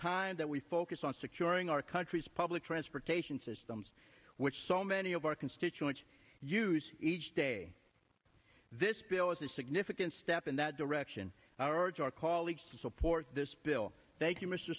time that we focus on securing our country's public transportation systems which so many of our constituents use each day this bill is a significant step in that direction our it's our colleagues to support this bill thank you m